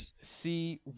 See